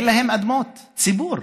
אין להם אדמות ציבור,